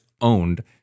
owned